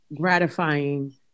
gratifying